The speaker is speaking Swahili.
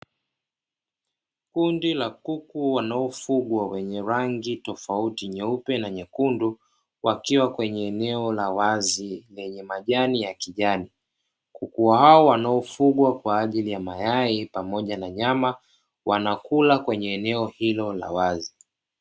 Kundi la kuku wanaofugwa wenye rangi tofauti nyeupe na nyekundu wakiwa kwenye eneo la wazi lenye majani ya kijani. Kuku hao wanaofugwa kwa ajili ya mayai pamoja na nyama wanakula kwenye eneo hilo la wazi.